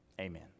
Amen